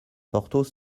porthos